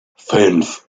fünf